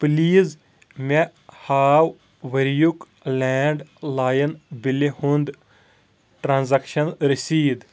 please مےٚ ہاو ؤرۍ یُک لینٛڈ لایِن بلہِ ہُنٛد ٹرانزیکشن رٔسیٖد